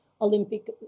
Olympic